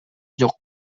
жок